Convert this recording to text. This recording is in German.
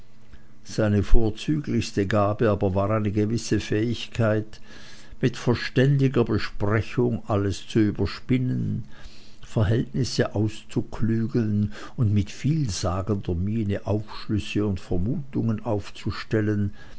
seine vorzüglichste gabe aber war eine gewisse fähigkeit mit verständiger besprechung alles zu überspinnen verhältnisse auszuklügeln und mit vielsagender miene aufschlüsse und vermutungen aufzustellen